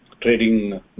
trading